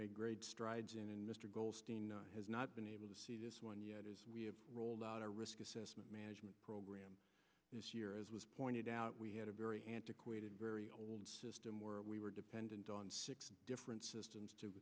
made great strides in and mr goldstein has not been able to see this one yet is we have rolled out a risk assessment management program this year as was pointed out we had a very antiquated very old system where we were dependent on six different systems to